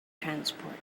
transport